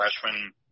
freshman